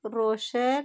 ರೋಷಕ್